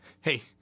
hey